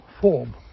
form